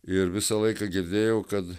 ir visą laiką girdėjau kad